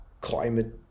climate